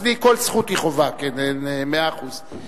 אצלי כל זכות היא חובה, מאה אחוז.